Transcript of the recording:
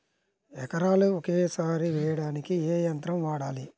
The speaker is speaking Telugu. ఎకరాలు ఒకేసారి వేయడానికి ఏ యంత్రం వాడాలి?